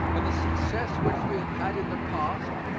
and the success which we have had in the past,